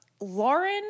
Lauren